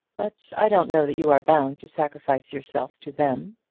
but i don't know that you are bound to sacrifice yourself to them.